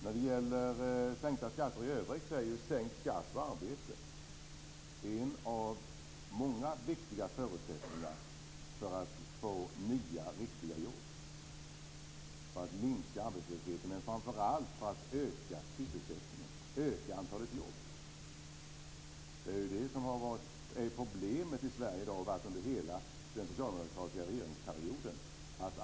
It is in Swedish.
När det gäller sänkta skatter i övrigt är ju sänkt skatt på arbete en av många viktiga förutsättningar för att få nya, riktiga jobb, alltså för att minska arbetslösheten men framför allt för att öka sysselsättningen, öka antalet jobb. Det är ju det som är problemet i Sverige i dag, och det har det varit under hela den socialdemokratiska regeringsperioden.